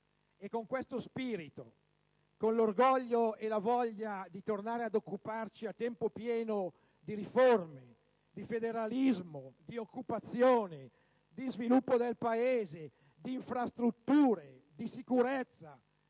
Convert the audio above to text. È con questo spirito, con l'orgoglio e la voglia di tornare ad occuparci a tempo pieno di riforme, di federalismo, di occupazione, di sviluppo del Paese, di infrastrutture, di sicurezza,